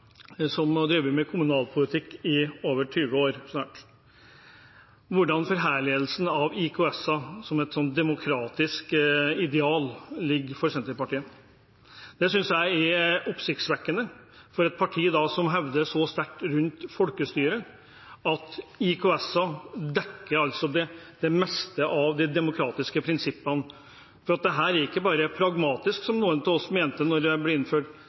med kommunalpolitikk i snart 20 år, hvordan Senterpartiet forherliger IKS som et demokratisk ideal. Jeg syns det er oppsiktsvekkende at et parti som hegner så sterkt om folkestyret, mener at IKS-ene dekker det meste av de demokratiske prinsippene. De ser ikke bare pragmatisk på IKS, slik noen av oss mente da det ble innført.